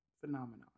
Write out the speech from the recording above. phenomenon